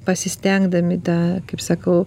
pasistengdami tą kaip sakau